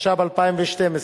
התשע"ב 2012,